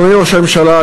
אדוני ראש הממשלה,